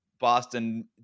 Boston